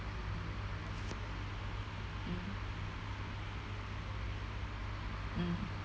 mm mm